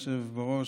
אדוני היושב בראש,